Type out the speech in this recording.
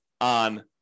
on